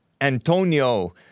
Antonio